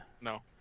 No